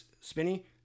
spinny